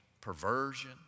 perversion